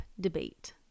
debate